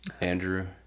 Andrew